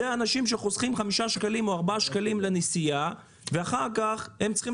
אלה אנשים שחוסכים חמישה או ארבעה שקלים לנסיעה ואחר כך הם צריכים